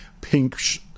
pink